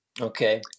okay